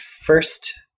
first